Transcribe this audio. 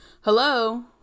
hello